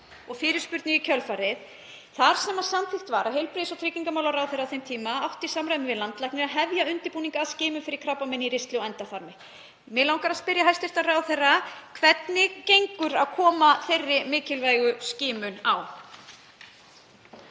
og fyrirspurn í kjölfarið, þar sem samþykkt var af heilbrigðis- og tryggingamálaráðherra á þeim tíma í samráði við landlækni að hefja undirbúning að skimun fyrir krabbameini í ristli og endaþarmi. Mig langar að spyrja hæstv. ráðherra: Hvernig gengur að koma þeirri mikilvægu skimun á?